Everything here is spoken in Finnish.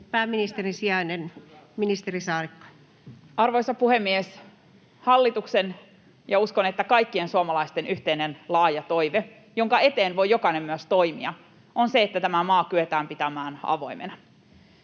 Pääministerin sijainen, ministeri Saarikko Arvoisa puhemies! Hallituksen, ja uskon, että kaikkien suomalaisten yhteinen laaja toive, jonka eteen voi jokainen myös toimia, on se, että tämä maa kyetään pitämään avoimena.